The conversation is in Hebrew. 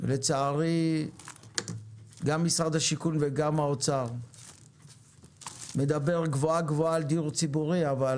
לצערי גם משרד השיכון וגם האוצר מדבר גבוהה גבוהה על דיור ציבורי אבל